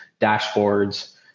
dashboards